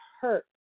hurt